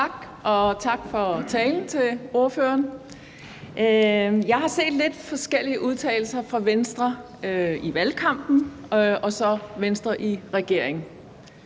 Tak, og tak for talen til ordføreren. Jeg har set lidt forskellige udtalelser fra Venstre i valgkampen og så fra Venstre i regering.